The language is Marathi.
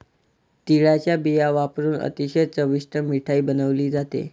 तिळाचा बिया वापरुन अतिशय चविष्ट मिठाई बनवली जाते